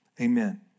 Amen